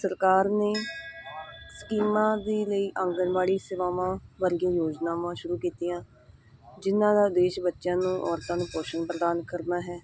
ਸਰਕਾਰ ਨੇ ਸਕੀਮਾਂ ਦੇ ਲਈ ਆਂਗਣਵਾੜੀ ਸੇਵਾਵਾਂ ਵਰਗੀਆਂ ਯੋਜਨਾਵਾਂ ਸ਼ੁਰੂ ਕੀਤੀਆਂ ਜਿਹਨਾਂ ਦਾ ਉਦੇਸ਼ ਬੱਚਿਆਂ ਨੂੰ ਔਰਤਾਂ ਨੂੰ ਪੋਸ਼ਣ ਪ੍ਰਦਾਨ ਕਰਨਾ ਹੈ